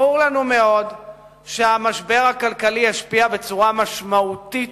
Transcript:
ברור לנו מאוד שהמשבר הכלכלי ישפיע בצורה משמעותית